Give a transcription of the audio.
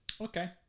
Okay